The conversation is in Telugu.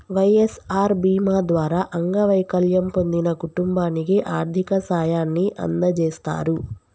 వై.ఎస్.ఆర్ బీమా ద్వారా అంగవైకల్యం పొందిన కుటుంబానికి ఆర్థిక సాయాన్ని అందజేస్తారు